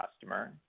customer